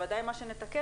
בוודאי מה שנתקן,